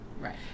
Right